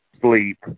sleep